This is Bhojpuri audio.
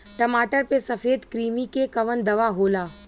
टमाटर पे सफेद क्रीमी के कवन दवा होला?